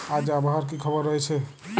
আজ আবহাওয়ার কি খবর রয়েছে?